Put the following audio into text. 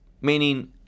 meaning